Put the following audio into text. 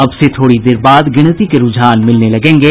अब से थोड़ी देर बाद गिनती के रूझान मिलने लगेंगे